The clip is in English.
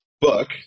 book